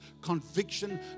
conviction